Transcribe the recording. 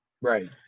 Right